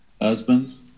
Husbands